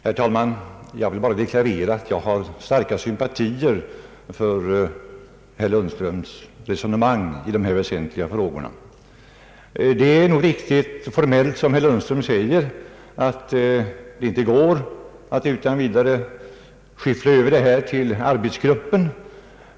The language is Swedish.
Herr talman! Jag vill bara deklarera att jag har starka sympatier för herr Lundströms resonemang i dessa väsentliga frågor. Det är nog formellt riktigt som herr Lundström säger att det inte går att utan vidare skyffla över motionerna till arbetsgruppen.